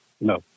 No